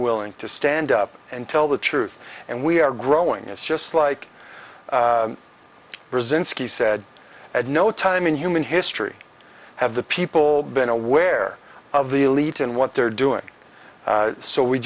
willing to stand up and tell the truth and we are growing is just like brzezinski said at no time in human history have the people been aware of the elite and what they're doing so we